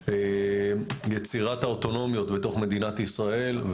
יצירת האוטונומיות בתוך מדינת ישראל,